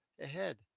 ahead